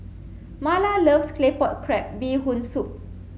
Marla loves Claypot Crab Bee Hoon soup